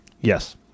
Yes